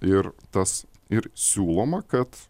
ir tas ir siūloma kad